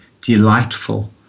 delightful